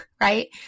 right